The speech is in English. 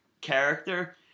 character